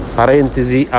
parentesi